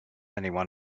anyone